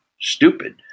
stupid